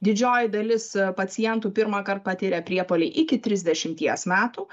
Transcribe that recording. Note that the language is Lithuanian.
didžioji dalis pacientų pirmąkart patiria priepuolį iki trisdešimties metų